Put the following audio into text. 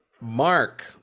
Mark